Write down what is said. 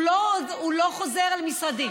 הוא לא חוזר אל משרדי.